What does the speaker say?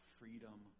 freedom